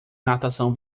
natação